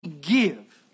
give